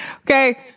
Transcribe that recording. Okay